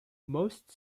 most